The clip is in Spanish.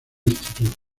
institute